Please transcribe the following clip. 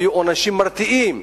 ושיהיו עונשים מרתיעים,